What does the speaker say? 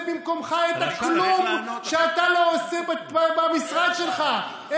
במקומך את הכלום שאתה לא עושה במשרד שלך.